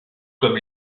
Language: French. comme